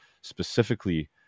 specifically